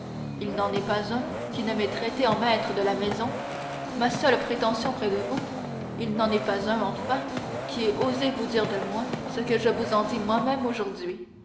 il n'en est pas un qui ne m'ait traité en maître de la maison ma seule prétention près de vous il n'en est pas un enfin qui ait osé vous dire de moi ce que je vous en dis moi-même aujourd'hui